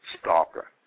stalker